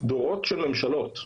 דורות של ממשלות.